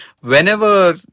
whenever